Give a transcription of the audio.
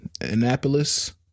Annapolis